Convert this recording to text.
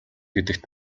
гэдэгт